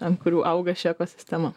ant kurių auga ši ekosistema